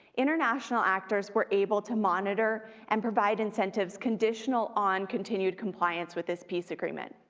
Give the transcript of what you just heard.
international actors were able to monitor and provide incentives conditional on continued compliance with this peace agreement.